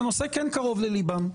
שהנושא קרוב לליבם,